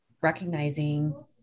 recognizing